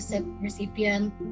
recipient